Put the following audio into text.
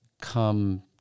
come